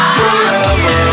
forever